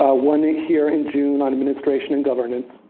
one here in june on administration and governance.